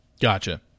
Gotcha